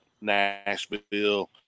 Nashville